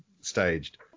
staged